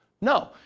No